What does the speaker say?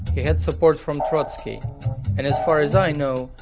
he had support from trotsky and as far as i know,